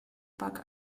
park